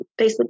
Facebook